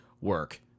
work